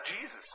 Jesus